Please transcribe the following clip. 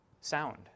sound